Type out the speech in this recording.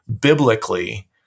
biblically